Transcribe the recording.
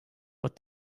but